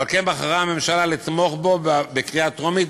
ועל כן בחרה הממשלה לתמוך בו בקריאה טרומית,